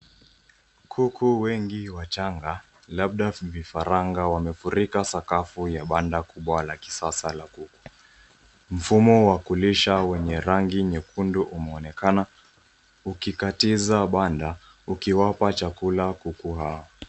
Kuku wengi wachanga, labda vifaranga, wamefurika sakafu ya banda kubwa la kisasa la kuku. Mfumo wa kulisha wenye rangi nyekundu umeonekana ukikatiza banda ukiwapa chakula kuku hawa.